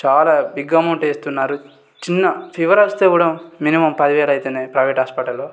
చాలా big amount వేస్తున్నారు చిన్న ఫీవర్ వస్తే కూడా మినిమం పదివేలు అవుతున్నాయి ప్రైవేట్ హాస్పటల్లో